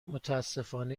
متاسفانه